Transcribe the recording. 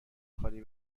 خالی